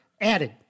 added